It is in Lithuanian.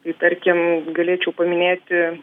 tai tarkim galėčiau paminėti